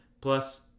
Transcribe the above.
plus